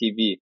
TV